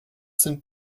sind